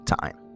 time